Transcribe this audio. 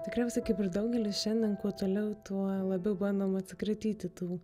tikriausiai kaip ir daugelis šiandien kuo toliau tuo labiau bandom atsikratyti tų